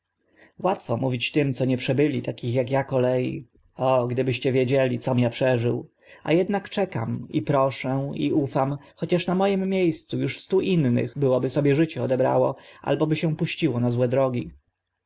łatwo mówić tym co nie przebyli takich ak a kolei o gdybyście wiedzieli com a przeżył a ednak czekam i proszę i ufam chociaż na moim mie scu uż stu innych byłoby sobie życie odebrało albo się puściło na złe drogi